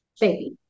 baby